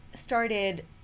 started